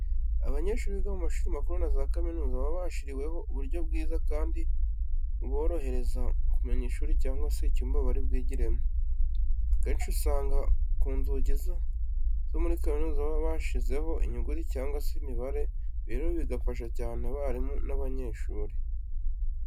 Abanyeshuri biga mu mashuri makuru na za kaminuza baba barashyiriweho uburyo bwiza kandi buborohereza kumenya ishuri cyangwa se icyumba bari bwigiremo. Akenshi usanga ku nzugi zo muri kaminuza baba barashyizeho inyuguti cyangwa se imibare, ibi rero bigafasha cyane abarimu n'abanyeshuri.